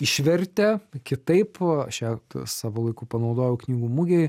išvertė kitaip aš ją savo laiku panaudojau knygų mugėj